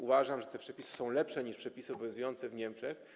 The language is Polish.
Uważam, że te przepisy są lepsze niż przepisy obowiązujące w Niemczech.